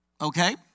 okay